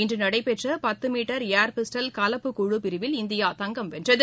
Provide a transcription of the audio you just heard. இன்று நடைபெற்ற பத்து மீட்டர் ஏர் பிஸ்டல் கலப்பு குழு பிரிவில் இந்தியா தங்கம் வென்றது